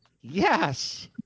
yes